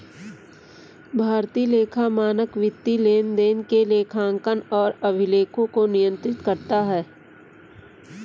भारतीय लेखा मानक वित्तीय लेनदेन के लेखांकन और अभिलेखों को नियंत्रित करता है